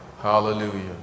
Hallelujah